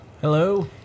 Hello